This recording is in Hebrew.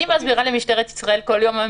אני מסבירה למשטרת ישראל כל יום מה הם